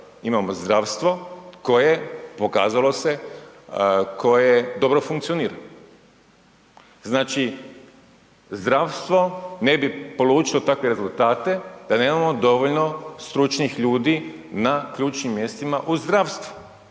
imamo zdravstvo koje je pokazalo se koje dobro funkcionira. Znači zdravstvo ne bi polučilo takve rezultate da nemamo dovoljno stručnih ljudi na ključnim mjestima u zdravstvu.